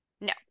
No